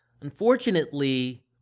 Unfortunately